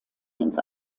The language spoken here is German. ins